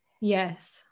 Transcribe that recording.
yes